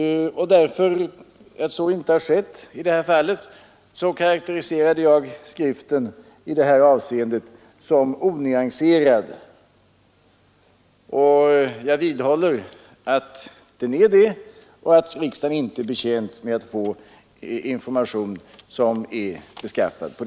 Eftersom så inte har skett i detta fall karakteriserade jag skriften som onyanserad i det avseendet. Jag vidhåller att den är det och att riksdagen inte är betjänt av att få information som är så beskaffad.